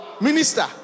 Minister